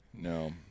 No